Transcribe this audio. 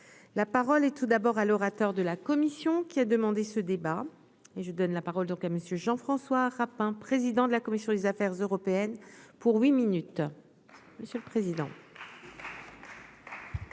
la parole et tout d'abord à l'orateur de la commission qui a demandé ce débat et je donne la parole donc à messieurs Jean-François Rapin, président de la commission des Affaires européennes pour huit minutes